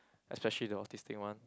especially the autistic one